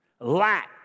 lack